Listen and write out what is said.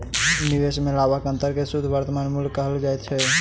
निवेश में लाभक अंतर के शुद्ध वर्तमान मूल्य कहल जाइत अछि